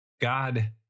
God